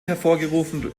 hervorgerufen